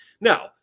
Now